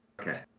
Okay